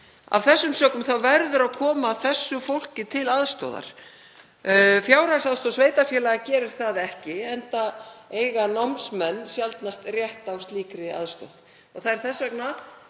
Af þessum sökum verður að koma þessu fólki til aðstoðar. Fjárhagsaðstoð sveitarfélaga gerir það ekki enda eiga námsmenn sjaldnast rétt á slíkri aðstoð og það er þess vegna,